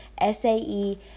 SAE